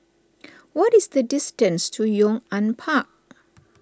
what is the distance to Yong An Park